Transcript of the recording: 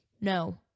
No